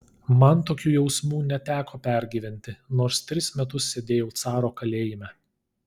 man tokių jausmų neteko pergyventi nors tris metus sėdėjau caro kalėjime